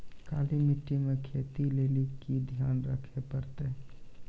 काली मिट्टी मे खेती लेली की ध्यान रखे परतै?